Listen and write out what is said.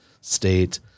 State